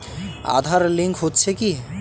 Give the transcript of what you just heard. Aadhaar link হচ্ছে কি?